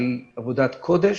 היא עבודת קודש.